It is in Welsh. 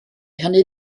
hynny